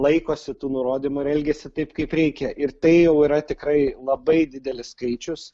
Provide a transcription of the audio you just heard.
laikosi tų nurodymų ir elgiasi taip kaip reikia ir tai jau yra tikrai labai didelis skaičius